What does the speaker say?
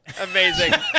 amazing